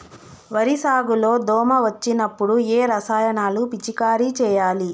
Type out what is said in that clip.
వరి సాగు లో దోమ వచ్చినప్పుడు ఏ రసాయనాలు పిచికారీ చేయాలి?